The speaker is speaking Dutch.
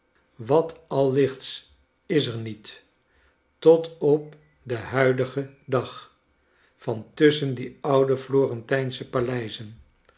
wat al lichts is er niet tot op den huidigen dag van tusschen die oude florentijnsche paleizen